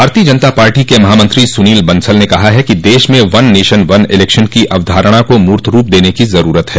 भारतीय जनता पार्टी के महामंत्री सुनील बंसल ने कहा है कि देश में वन नेशन वन इलेक्शन की अवधारणा को मूर्त रूप देने की ज़रूरत है